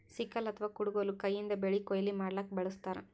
sickle ಅಥವಾ ಕುಡಗೊಲ್ ಕೈಯಿಂದ್ ಬೆಳಿ ಕೊಯ್ಲಿ ಮಾಡ್ಲಕ್ಕ್ ಬಳಸ್ತಾರ್